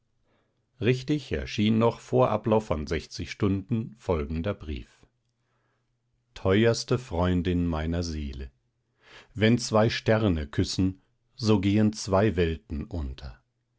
richtig erschien noch vor ablauf von sechzig stunden folgender brief teuerste freundin meiner seele wenn sich zwei sterne küssen so gehen zwei welten unter